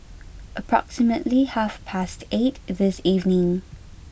approximately half past eight this evening